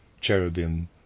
cherubim